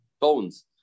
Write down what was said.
bones